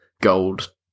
gold